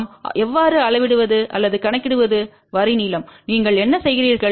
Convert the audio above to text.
நாம் எவ்வாறு அளவிடுவது அல்லது கணக்கிடுவது வரி நீளம் நீங்கள் என்ன செய்கிறீர்கள்